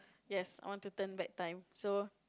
yes I want to turn back time so